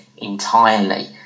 entirely